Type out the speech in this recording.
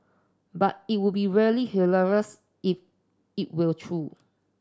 but it would be really hilarious if it were true